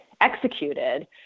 executed